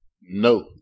no